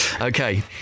Okay